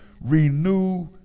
renew